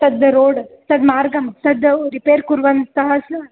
तद् रोड् तद् मार्गं तद् रिपेर् कुर्वन्तः